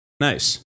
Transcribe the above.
Nice